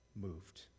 moved